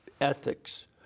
ethics